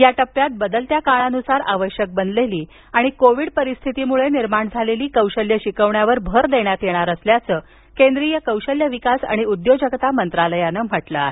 या टप्प्यात बदलत्या काळानुसार आवश्यक बनलेली आणि कोविड परिस्थितीमुळे निर्माण झालेली कौशल्य शिकविण्यावर भर देण्यात येणार असल्याचं केंद्रीय कौशल्य विकास आणि उद्योजकता मंत्रालयानं म्हटलं आहे